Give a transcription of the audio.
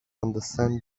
understand